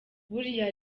buriya